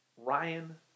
Ryan